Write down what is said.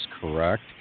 correct